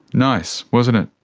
nice, wasn't it?